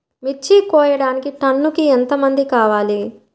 మిర్చి కోయడానికి టన్నుకి ఎంత మంది కావాలి?